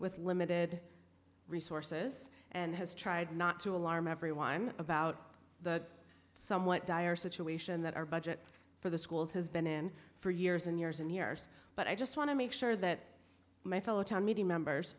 with limited resources and has tried not to alarm everyone about the somewhat dire situation that our budget for the schools has been in for years and years and years but i just want to make sure that my fellow town media members